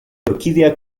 orquídea